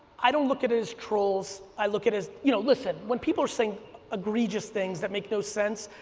i don't look at it as trolls, i look at as, you know, listen, when people are saying egregious things that make no sense,